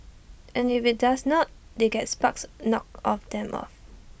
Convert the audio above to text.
and if IT does not they get sparks knocked off them off